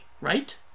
right